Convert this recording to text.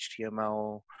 HTML